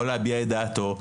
יכול להביע את דעתו,